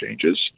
changes